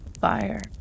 fire